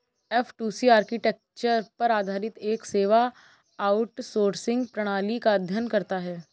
F two C architecture पर आधारित एक सेवा आउटसोर्सिंग प्रणाली का अध्ययन करता है